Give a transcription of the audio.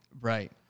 right